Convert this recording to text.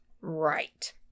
Right